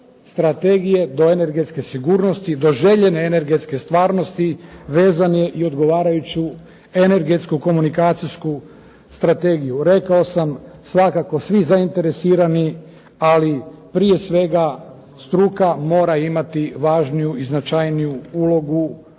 strategije do energetske sigurnosti, do željene energetske stvarnosti vezan je i odgovarajuću energetsku komunikacijsku strategiju. Rekao sam svakako svi zainteresirani ali prije svega struka mora imati značajniju i važniju ulogu